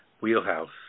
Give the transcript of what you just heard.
wheelhouse